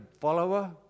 follower